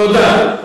תודה.